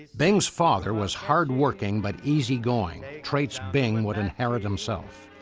bing's father was hardworking but easygoing, traits bing would inherit himself.